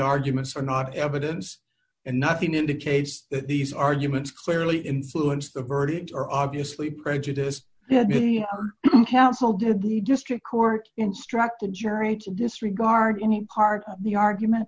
arguments are not evidence and nothing indicates that these arguments clearly influenced the verdict or obviously prejudice had been counseled had the district court instruct the jury to disregard any part of the argument